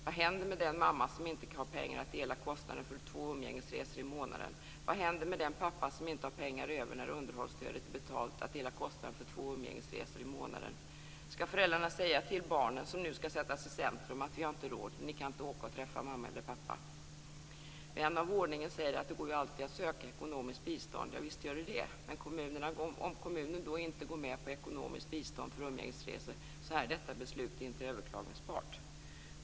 Vad händer med den mamma som inte har pengar för att dela kostnaderna för två umgängesresor i månaden? Vad händer med den pappa som inte har pengar över när underhållsstödet är betalt att dela kostnaden för två umgängesresor i månaden? Skall föräldrarna säga till de barn som skall sättas i centrum: Vi har inte råd. Ni kan inte åka och träffa mamma eller pappa. Vän av ordning säger nu att det alltid går att söka ekonomiskt bistånd. Javisst kan man göra det. Men om kommunen inte går med på att ge ekonomiskt bistånd för umgängesresor är detta beslut inte överklagningsbart.